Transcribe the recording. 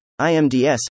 IMDS